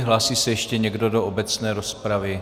Hlásí se ještě někdo do obecné rozpravy?